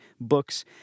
books